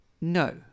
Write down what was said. No